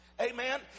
Amen